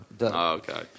Okay